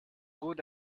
good